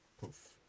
poof